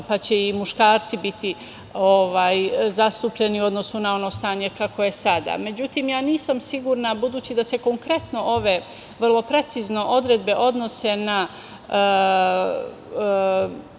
pa će i muškarci biti zastupljeni u odnosu na ono stanje kakvo je sada.Međutim, ja nisam sigurna, budući da se konkretno ove vrlo precizno odredbe odnose na